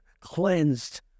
cleansed